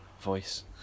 voice